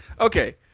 Okay